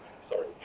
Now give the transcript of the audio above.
sorry